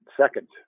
second